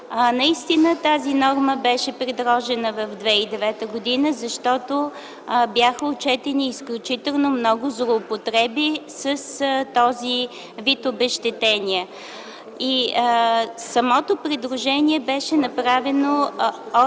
Наистина тази норма беше предложена през 2009 г., защото бяха отчетени изключително много злоупотреби с този вид обезщетение. Самото предложение беше направено